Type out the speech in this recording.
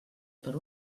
per